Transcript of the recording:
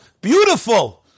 Beautiful